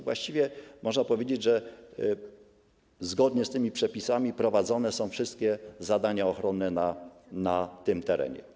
Właściwie można powiedzieć, że zgodnie z tymi przepisami prowadzone są wszystkie zadania ochronne na tym terenie.